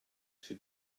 she